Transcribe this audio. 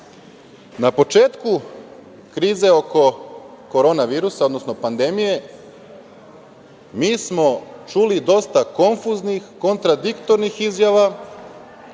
početku krize oko korona virusa, odnosno pandemije, mi smo čuli dosta konfuznih, kontradiktornih izjava